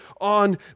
on